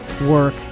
work